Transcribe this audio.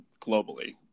globally